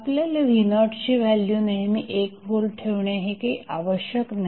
आपल्याला v0 ची value नेहमी 1 व्होल्ट ठेवणे हे काही आवश्यक नाही